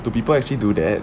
do people actually do that